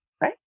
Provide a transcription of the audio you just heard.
right